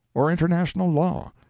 or international law,